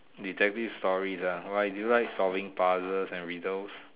detective stories ah why do you like solving puzzles and riddles